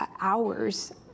hours